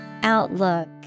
Outlook